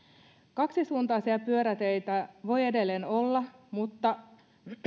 kaksisuuntaisia pyöräteitä voi edelleen olla mutta